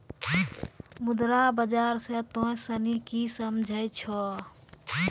मुद्रा बाजार से तोंय सनि की समझै छौं?